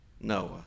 Noah